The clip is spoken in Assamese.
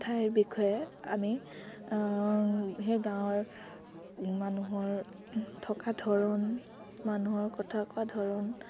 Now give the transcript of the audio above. সেই ঠাইৰ বিষয়ে আমি সেই গাঁৱৰ মানুহৰ থকা ধৰণ মানুহৰ কথা কোৱা ধৰণ